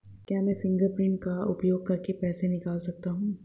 क्या मैं फ़िंगरप्रिंट का उपयोग करके पैसे निकाल सकता हूँ?